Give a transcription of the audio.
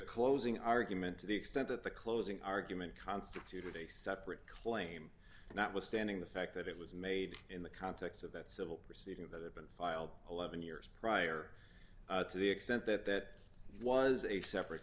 closing argument to the extent that the closing argument constituted a separate claim notwithstanding the fact that it was made in the context of that civil proceeding that had been filed eleven years prior to the extent that that was a separate